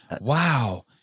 wow